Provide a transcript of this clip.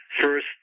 first